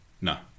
No